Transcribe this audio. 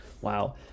Wow